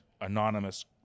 anonymous